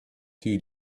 two